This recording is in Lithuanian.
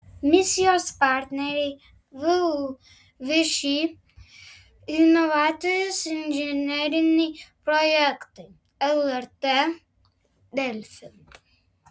misijos partneriai vu všį inovatyvūs inžineriniai projektai lrt delfi